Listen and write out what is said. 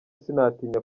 sinatinya